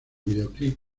videoclip